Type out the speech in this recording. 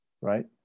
right